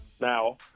now